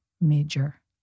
major